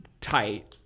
tight